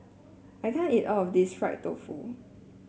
I can't eat all of this Fried Tofu